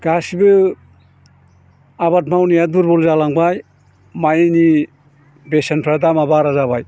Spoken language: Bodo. गासिबो आबाद मावनाया दुरबल जालांबाय माइनि बेसेनफ्रा दामआ बारा जाबाय